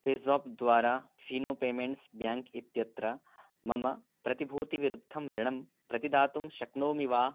PayZapp द्वारा Fino payments bank इत्यत्र मम प्रतिभूतिविरुद्धं ऋणं प्रतिदातुं शक्नोमि वा